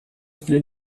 stile